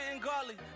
garlic